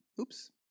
Oops